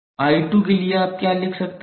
𝐼2 के लिए आप क्या लिख सकते हैं